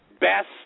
Best